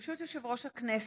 ברשות יושב-ראש הכנסת,